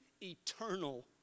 eternal